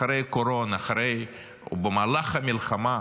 אחרי הקורונה או במהלך המלחמה,